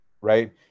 Right